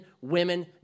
women